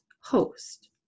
host